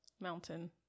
mountain